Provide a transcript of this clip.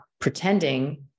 pretending